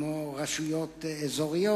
כמו מועצות אזוריות.